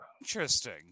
Interesting